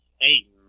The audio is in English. hey